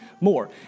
more